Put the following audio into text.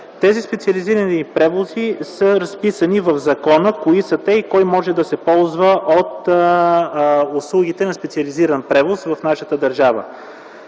Тези специализирани превози са разписани в закона – кои са те и кой може да се ползва от услугите на специализиран превоз в нашата държава.